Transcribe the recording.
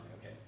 okay